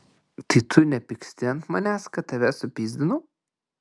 tai tu nepyksti ant manęs kad tave supyzdinau